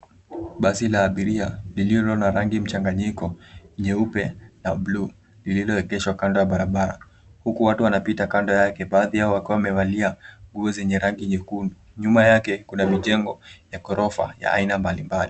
Basi la abiria lililo na rangi mchanganyiko nyeupe na bluu lililoengeshwa kando ya barabara huku watu wanapita kando yake baadhi yao wakiwa wamevaa nguo zenye rangi nyekundu. Nyuma yake kuna mijengo ya ghorofa ya aina mbalimbali.